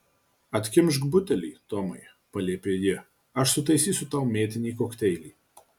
atkimšk butelį tomai paliepė ji aš sutaisysiu tau mėtinį kokteilį